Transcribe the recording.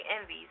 Envy